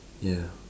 yeah